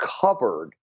covered